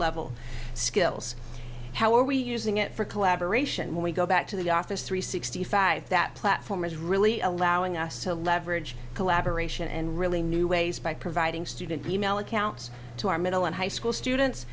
level skills how are we using it for collaboration we go back to the office three sixty five that platform is really allowing us to leverage collaboration and really new ways by providing student e mail accounts to our middle and high school students